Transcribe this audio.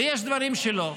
ויש דברים שלא.